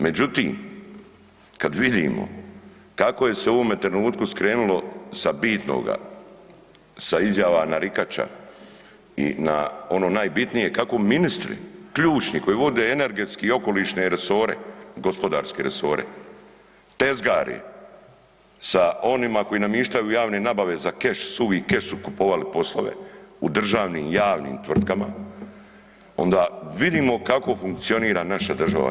Međutim, kad vidimo kako je se u ovome trenutku skrenulo sa bitnoga sa izjava narikača i na ono najbitnije kako ministri ključni koji vode energetske i okolišne resore, gospodarske resore tezgare sa onima koji namištaju javne nabave za keš, suvi keš su kupovali poslove u državni i javnim tvrtkama onda vidimo kako funkcionira naša država.